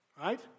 Right